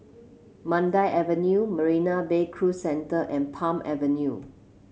Mandai Avenue Marina Bay Cruise Centre and Palm Avenue